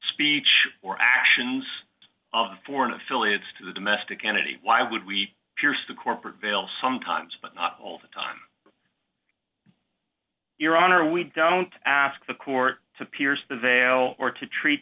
speech or actions of foreign affiliates to the domestic energy why would we pierce the corporate veil sometimes but not all the time your honor we don't ask the court to pierce the veil or to treat